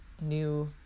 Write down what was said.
new